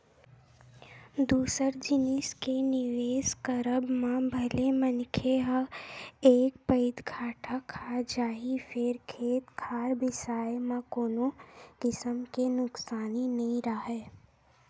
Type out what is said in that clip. दूसर जिनिस के निवेस करब म भले मनखे ह एक पइत घाटा खा जाही फेर खेत खार बिसाए म कोनो किसम के नुकसानी नइ राहय